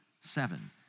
seven